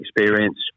experience